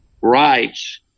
rights